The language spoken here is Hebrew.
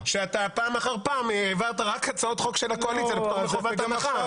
שאתה פעם אחר פעם העברת רק הצעות חוק של הקואליציה לפטור מחובת הנחה.